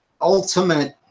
ultimate